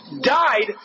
died